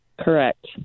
Correct